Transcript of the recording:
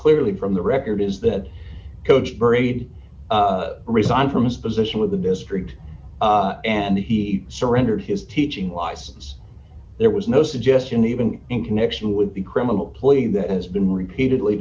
clearly from the record is that coach brady resigned from his position with the district and he surrendered his teaching license there was no suggestion even in connection with the criminal plea that has been repeatedly